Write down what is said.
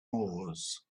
moors